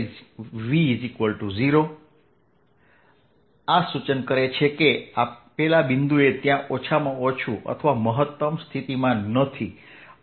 ∇2v0 આ સૂચન કરે છે કે આપેલ બિંદુએ ત્યાં ઓછામાં ઓછું અથવા મહત્તમ સ્થિતિમાન નથી